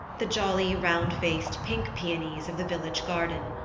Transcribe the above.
the jolly round-faced pink peonies of the village garden.